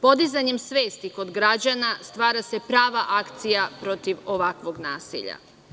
Podizanjem svesti kod građana, stvara se prava akcija protiv ovakvog nasilja.